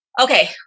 okay